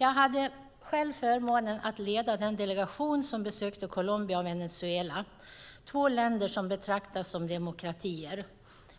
Jag hade själv förmånen att leda den delegation som besökte Colombia och Venezuela, två länder som betraktas som demokratier